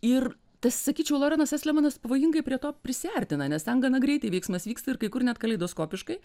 ir tas sakyčiau lorenas estlemanas pavojingai prie to prisiartina nes ten gana greitai veiksmas vyksta ir kai kur net kaleidoskopiškai